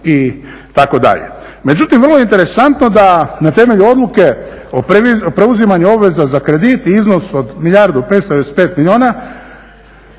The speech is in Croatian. Međutim, vrlo je interesantno da na temelju odluke o preuzimanju obveza za kredit i iznos od milijardu